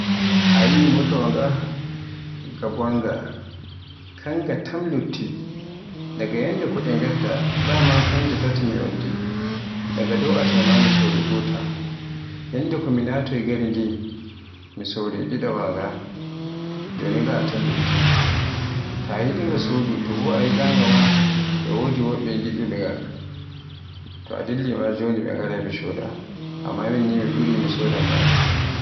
A yi'i motaawa nga, nga bonga kangga tam lutti daga ñyalde ko de ngadda, daman kanje tati mi waddi, daga dow atal mammo sori gotal, ñyalde ko mi naatay gari ndi, mi sori ɗiɗabra ngan. Joni ngaa tam lutti, ta yiɗi ngam sodu, to bo a yiɗa nga ma e wodi woɓɓe ngiɗuɓe nga, to a dilli ma joni ɓe ngarai ɓe soda. Amma min mi ɓuri yikki mi sodanma nga.